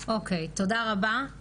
תודה רבה.